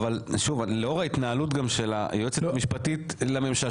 לאור ההתנהלות של היועצת המשפטית לממשלה,